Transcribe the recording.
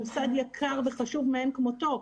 מוסד יקר וחשוב מאין כמותו,